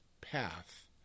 path